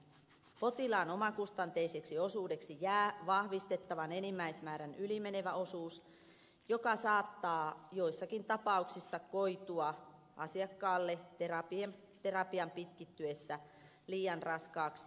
potilaan omakustanteiseksi osuudeksi jää vahvistettavan enimmäismäärän yli menevä osuus joka saattaa joissakin tapauksissa koitua asiakkaalle terapian pitkittyessä liian raskaaksi